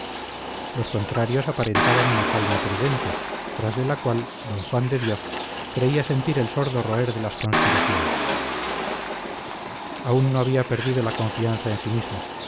los contrarios aparentaban una calma prudente tras de la cual d juan de dios creía sentir el sordo roer de las conspiraciones aún no había perdido la confianza en sí mismo